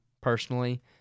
personally